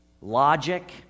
logic